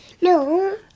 No